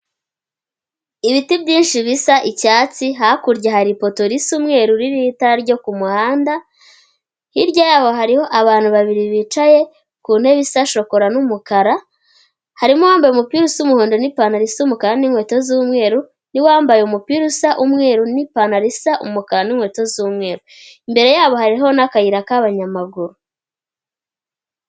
Ibiti byinshi bisa icyatsi, hakurya hari ipoto risa umweru ririho itara ryo ku muhanda, hirya yaho hariho abantu babiri bicaye ku ntebe isa shokora n'umukara, harimo uwambaye umupira usa umuhondo n'ipantaro isa umukara n'inkweto z'umweru n'uwambaye umupira usa umweru n'ipantaro isa umukara n'inkweto z'umweru. Imbere yabo hariho n'akayira k'abanyamaguru.